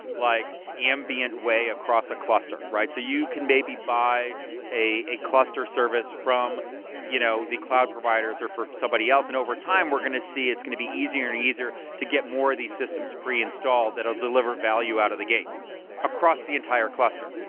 like ambient way across a cluster. so you can may be by a a cluster service from you know the cloud providers or from somebody else and over time we're going to see it's going to be easier and easier to get more of these the systems preinstalled that will deliver value out of the gate across the entire cluster.